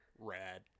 rad